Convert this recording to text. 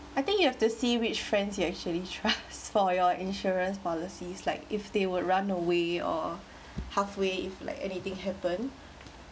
I think you have to see which friends you actually trust for your insurance policies like if they would run away or halfway if like anything happen